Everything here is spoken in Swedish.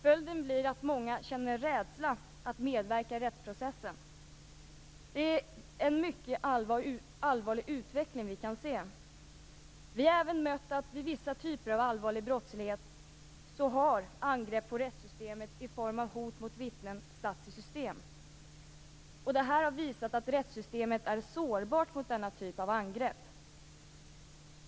Följden blir att många känner rädsla för att medverka i rättsprocessen. Det är en mycket allvarlig utveckling som vi kan se. Vi har även mött att vid vissa typer av allvarlig brottslighet har angrepp på rättssystemet, i form av hot mot vittnen, satts i system. Detta har visat att rättssystemet är sårbart mot denna typ av angrepp.